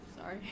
sorry